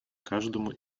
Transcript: каждому